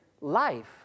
life